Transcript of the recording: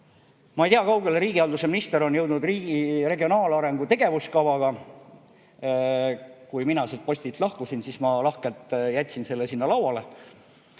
Ma ei tea, kui kaugele riigihalduse minister on jõudnud riigi regionaalarengu tegevuskavaga. Kui mina sellelt postilt lahkusin, siis ma lahkelt jätsin selle sinna lauale.